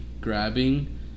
grabbing